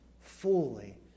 fully